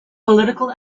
political